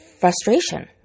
frustration